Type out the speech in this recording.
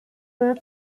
were